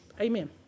Amen